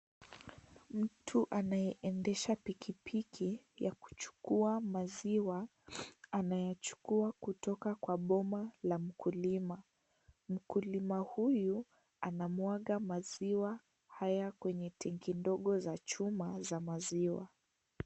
Mtu ameendesha pikipiki ya kuchukua maziwa anayechukua kutoka Kwa boma la mkulima , mkulima huyu anamwaga haya kwenye ndoo za chuma za maziwa.